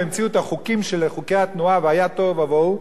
המציאו את חוקי התנועה היה תוהו ובוהו,